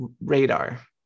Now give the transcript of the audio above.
radar